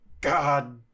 God